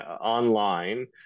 online